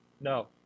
No